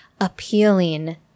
appealing